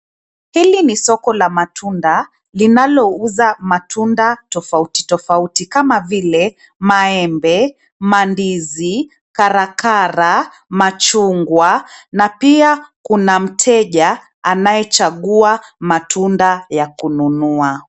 Hili ni soko la matunda linalouza matunda tofauti tofauti kama vile maembe, mandizi, karakara, machungwa na pia kuna mteja anayechagua matunda ya kununua.